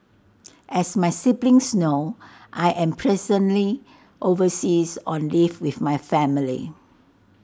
as my siblings know I am presently overseas on leave with my family